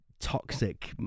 toxic